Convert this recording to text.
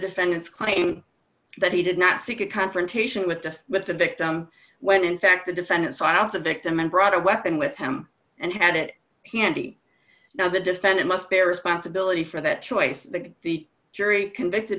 defendant's claim that he did not seek a confrontation with the but the victim when in fact the defendant signed off the victim and brought a weapon with him and had it handy now the defendant must bear responsibility for that choice that the jury convicted